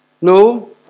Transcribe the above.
No